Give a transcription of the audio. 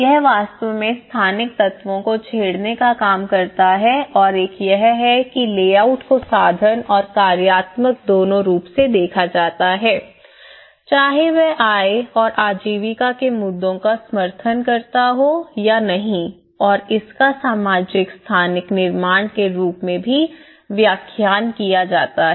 यह वास्तव में स्थानिक तत्वों को छेड़ने का काम करता है और एक यह है कि लेआउट को साधन और कार्यात्मक दोनों रूप से देखा जाता है चाहे वह आय और आजीविका के मुद्दों का समर्थन करता हो या नहीं और इसका सामाजिक स्थानिक निर्माण के रूप में भी व्याख्यान किया जा सकता है